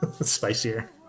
Spicier